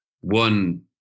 one